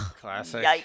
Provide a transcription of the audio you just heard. Classic